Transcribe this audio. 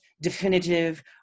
definitive